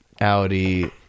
Audi